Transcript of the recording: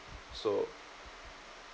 so